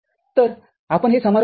तर आपण हे समारोप करू